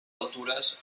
altures